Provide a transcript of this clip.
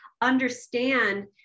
understand